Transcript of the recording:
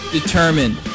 determined